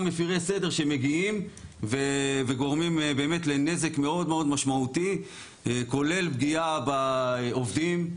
מפירי סדר שמגיעים וגורמים לנזק מאוד משמעותי כולל פגיעה בעובדים,